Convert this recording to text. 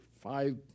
five